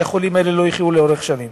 כי החולים האלה לא יחיו לאורך שנים.